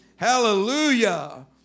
Hallelujah